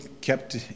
kept